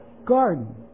garden